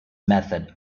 method